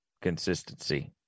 consistency